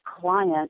client